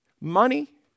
Money